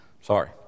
sorry